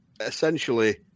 essentially